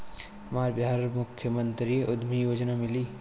हमरा बिहार मुख्यमंत्री उद्यमी योजना मिली?